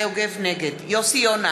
נגד יוסי יונה,